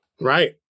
Right